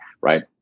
right